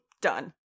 Done